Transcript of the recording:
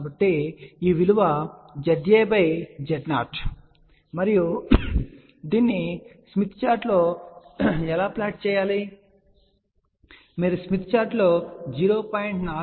కాబట్టి ఈ విలువ ZA Z0 మరియు మనం దీన్ని స్మిత్ చార్టులో ఎలా ప్లాట్ చేస్తాము మీరు స్మిత్ చార్టులో 0